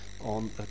on